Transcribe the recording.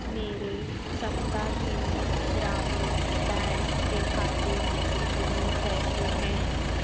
میرے Saptagiri Grameen bank کے کھاتے میں کتنے پیسے ہیں